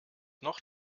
noch